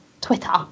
Twitter